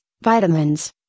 vitamins